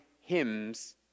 hymns